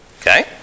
Okay